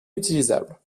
utilisable